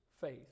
faith